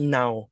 now